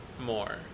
more